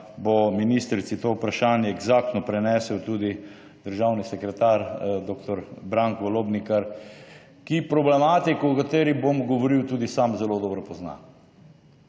bo ministrici to vprašanje eksaktno prenesel tudi državni sekretar dr. Branko Lobnikar, ki problematiko, o kateri bom govoril, tudi sam zelo dobro pozna.